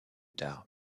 tard